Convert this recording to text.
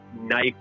knife